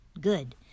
Good